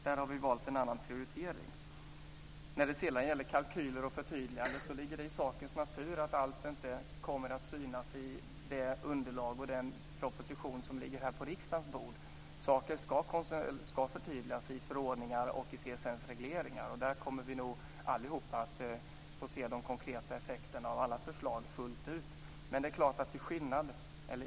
Där har vi valt en annan prioritering. När det sedan gäller kalkyler och förtydliganden ligger det i sakens natur att allt inte syns i det underlag och den proposition som ligger här på riksdagens bord. Saker ska förtydligas i förordningar och i CSN:s regleringar. Där kommer vi nog allihop att få se de konkreta effekterna av alla förslag fullt ut.